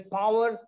power